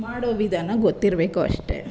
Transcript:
ಮಾಡೋ ವಿಧಾನ ಗೊತ್ತಿರಬೇಕು ಅಷ್ಟೇ